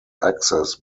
access